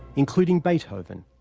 including beethoven,